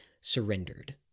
surrendered